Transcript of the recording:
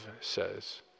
says